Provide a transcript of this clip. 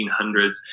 1800s